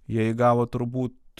jie įgavo turbūt